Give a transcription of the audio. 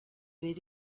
very